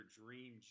dream